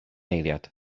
eiliad